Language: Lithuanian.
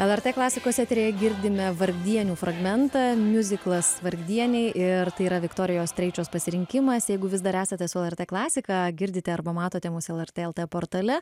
el er t klasikos eteryje girdime vargdienių fragmentą miuziklas vargdieniai ir tai yra viktorijos streičios pasirinkimas jeigu vis dar esate su el er t klasika girdite arba matote mūsų el e tė eltė portale